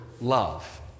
love